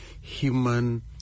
human